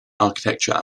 architecture